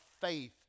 faith